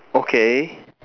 okay